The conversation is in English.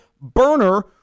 burner